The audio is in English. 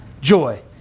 Joy